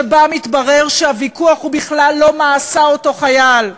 שבה מתברר שהוויכוח הוא בכלל לא מה עשה אותו חייל,